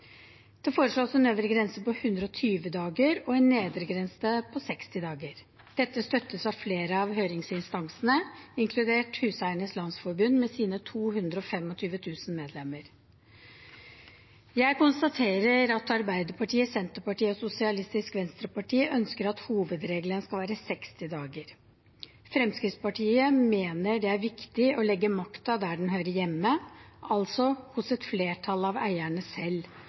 Det foreslås en øvre grense på 120 dager og en nedre grense på 60 dager. Dette støttes av flere av høringsinstansene, inkludert Huseiernes Landsforbund med sine 225 000 medlemmer. Jeg konstaterer at Arbeiderpartiet, Senterpartiet og Sosialistisk Venstreparti ønsker at hovedregelen skal være 60 dager. Fremskrittspartiet mener det er viktig å legge makten der den hører hjemme, altså hos et flertall av eierne selv,